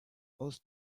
aus